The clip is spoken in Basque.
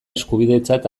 eskubidetzat